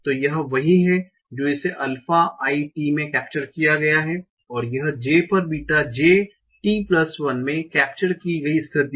तो यह वही है जो इसे अल्फा it में कैप्चर किया गया है और यह j पर Beta j t 1 में कैप्चर की गई स्थिति है